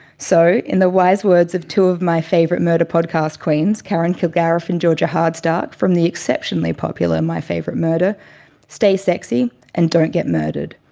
so, in the wise words of two of my favourite murder podcast queens, karen kilgariff and georgia hardstark from the exceptionally popular my favorite murder stay sexy and don't get murdered.